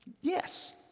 Yes